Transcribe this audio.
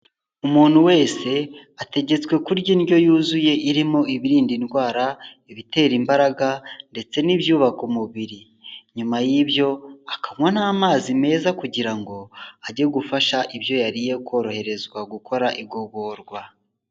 Umuntu wese ategetswe kurya indyo yuzuye irimo ibirinda indwara, ibitera imbaraga ndetse n'ibyubaka umubiri, nyuma y'ibyo akanywa n'amazi meza kugira ngo ajye gufasha ibyo yariye koroherezwa gukora igogorwa.